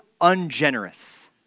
ungenerous